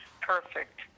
perfect